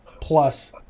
plus